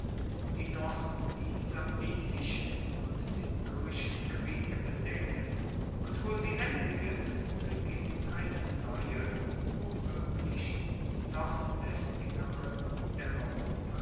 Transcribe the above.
die noch die samnitischen und den pyrrhischen krieg bedecken und wo sie endigen beginnt eine neue womöglich noch lästigere dämmerung